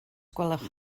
gwelwch